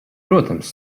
protams